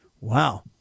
Wow